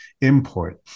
import